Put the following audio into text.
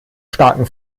starken